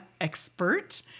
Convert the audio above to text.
expert